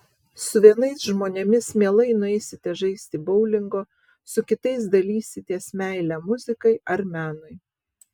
su vienais žmonėmis mielai nueisite žaisti boulingo su kitais dalysitės meile muzikai ar menui